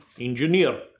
Engineer